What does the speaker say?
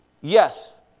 yes